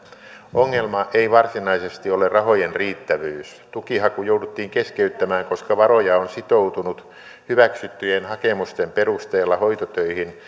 ongelma ei varsinaisesti ole rahojen riittävyys tukihaku jouduttiin keskeyttämään koska varoja on sitoutunut hyväksyttyjen hakemusten perusteella hoitotöihin